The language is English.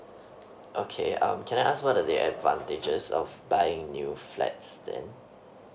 okay um can I ask what are the advantages of buying new flats then